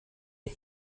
mit